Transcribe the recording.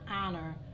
honor